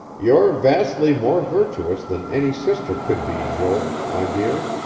you're vastly more virtuous than any sister could be, joel, my dear.